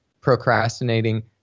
procrastinating